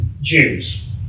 Jews